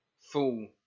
full